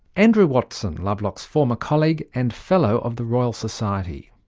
andrew watson, lovelock's former colleague, and fellow of the royal society.